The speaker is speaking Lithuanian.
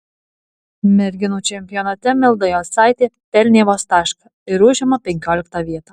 merginų čempionate milda jocaitė pelnė vos tašką ir užima penkioliktą vietą